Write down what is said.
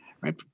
right